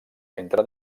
entre